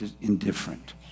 indifferent